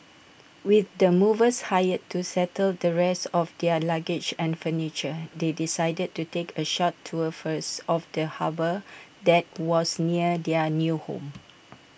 with the movers hired to settle the rest of their luggage and furniture they decided to take A short tour first of the harbour that was near their new home